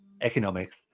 economics